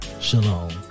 Shalom